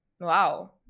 Wow